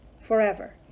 forever